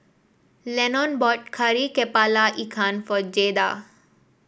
Lennon bought Kari kepala Ikan for Jaeda